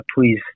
Please